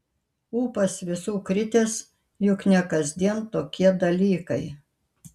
ūpas visų kritęs juk ne kasdien tokie dalykai